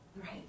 Right